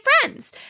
friends